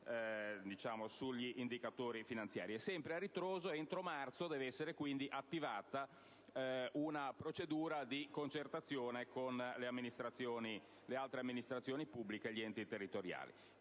andando a ritroso, entro marzo deve essere indicata una procedura di concertazione con le altre amministrazioni pubbliche e gli enti territoriali.